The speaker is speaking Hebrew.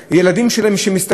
שמסתכנים יום-יום,